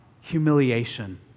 humiliation